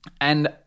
And-